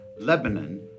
Lebanon